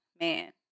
man